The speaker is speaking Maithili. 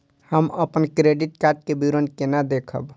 हम अपन क्रेडिट कार्ड के विवरण केना देखब?